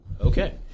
Okay